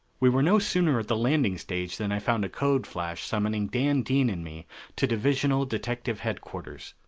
we were no sooner at the landing stage than i found a code flash summoning dan dean and me to divisional detective headquarters.